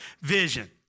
vision